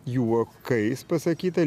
juokais pasakyta